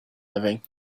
living